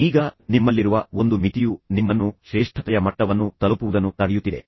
ಈಗ ನಿಮ್ಮಲ್ಲಿರುವ ಒಂದು ಮಿತಿಯು ನಿಮ್ಮನ್ನು ಶ್ರೇಷ್ಠತೆಯ ಮಟ್ಟವನ್ನು ತಲುಪುವುದನ್ನು ತಡೆಯುತ್ತಿದೆ